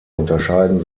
unterscheiden